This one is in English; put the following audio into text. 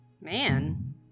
Man